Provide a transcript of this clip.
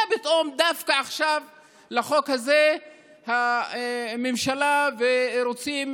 מה פתאום דווקא עכשיו לחוק הזה הממשלה רוצה,